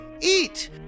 eat